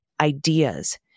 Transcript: ideas